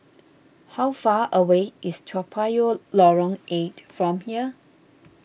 how far away is Toa Payoh Lorong eight from here